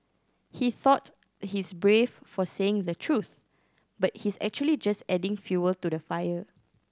he thought he's brave for saying the truth but he's actually just adding fuel to the fire